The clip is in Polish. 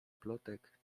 plotek